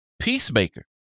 Peacemaker